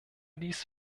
dies